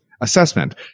assessment